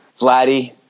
Vladdy